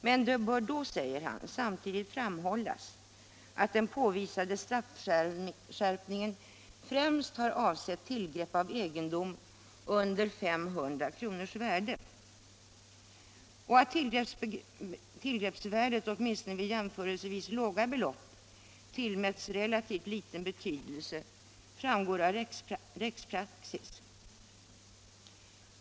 Men det bör då, säger han, samtidigt framhållas att den påvisade straffskärpningen främst har avsett tillgrepp av egendom under 500 kronors värde. Att tillgreppsvärdet, åtminstone vid jämförelsevis låga belopp, tillmäts relativt liten betydelse, framgår av rättspraxis.